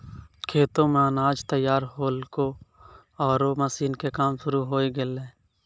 खेतो मॅ अनाज तैयार होल्हों आरो मशीन के काम शुरू होय गेलै